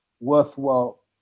worthwhile